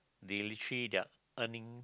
they literally they are earning